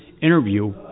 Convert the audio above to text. interview